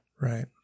Right